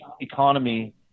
economy